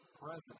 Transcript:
Presence